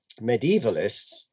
medievalists